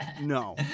no